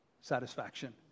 satisfaction